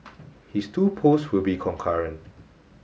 his two posts will be concurrent